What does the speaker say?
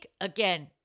Again